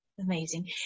amazing